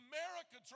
America